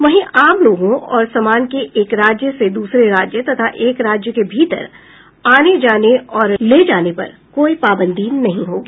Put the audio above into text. वहीं आम लोगों और सामान के एक राज्य से दूसरे राज्य तथा एक राज्य के भीतर आने जाने और लाने ले जाने पर कोई पाबंदी नहीं होगी